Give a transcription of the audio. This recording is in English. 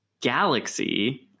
Galaxy